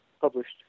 published